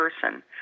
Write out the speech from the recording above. person